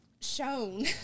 shown